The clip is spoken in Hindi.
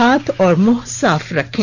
हाथ और मुंह साफ रखें